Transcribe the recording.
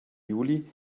juli